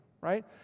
right